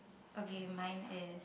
okay mine is